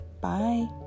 Bye